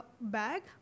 bag